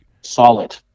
solid